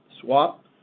swap